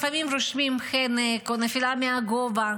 לפעמים רושמים חנק או נפילה מגובה.